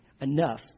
enough